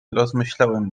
rozmyślałem